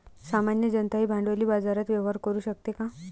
सामान्य जनताही भांडवली बाजारात व्यवहार करू शकते का?